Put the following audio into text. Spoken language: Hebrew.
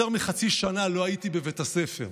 יותר מחצי שנה לא הייתי בבית הספר.